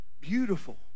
Beautiful